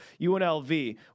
UNLV